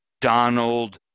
Donald